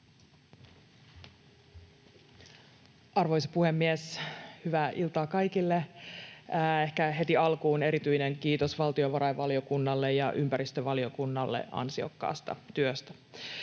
Arvoisa puhemies! Hyvää iltaa kaikille. Ehkä heti alkuun erityinen kiitos valtiovarainvaliokunnalle ja ympäristövaliokunnalle ansiokkaasta työstä.